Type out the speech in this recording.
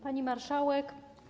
Pani Marszałek!